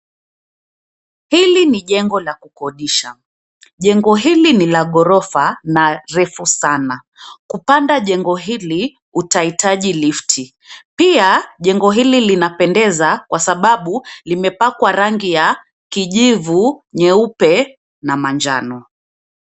Hili ni jengo la kukodisha. Jengo hili ni la ghorofa na refu sana. Kupanda jengo hili, utahitaji lifti. Pia jengo hili linapendeza kwa sababu limepakwa rangi ya kijivu, nyeupe na manjano.